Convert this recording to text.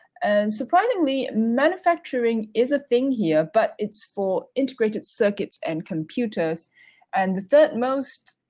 and surprisingly, manufacturing is a thing here but it's for integrated circuits and computers and the third most,